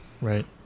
right